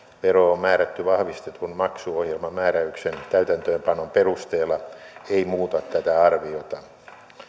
veroa on määrätty vahvistetun maksuohjelman määräyksen täytäntöönpanon perusteella ei muuta tätä arviota